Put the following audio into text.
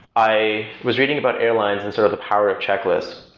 i was reading about airlines and sort of the power checklist.